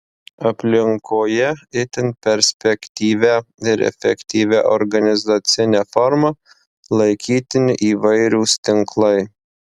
aplinkoje itin perspektyvia ir efektyvia organizacine forma laikytini įvairūs tinklai